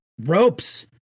ropes